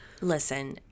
Listen